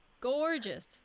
gorgeous